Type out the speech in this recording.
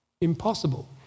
impossible